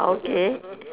okay